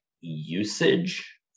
usage